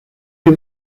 you